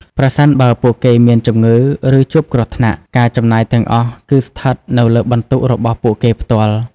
ប្រសិនបើពួកគេមានជំងឺ ឬជួបគ្រោះថ្នាក់ ការចំណាយទាំងអស់គឺស្ថិតនៅលើបន្ទុករបស់ពួកគេផ្ទាល់។